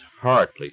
hardly